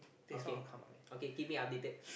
okay okay keep me updated